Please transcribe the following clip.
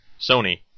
Sony